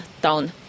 down